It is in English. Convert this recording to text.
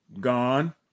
gone